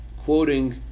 quoting